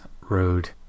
Road